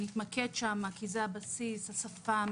נתמקד בהם כי זה הבסיס השפה,